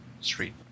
Street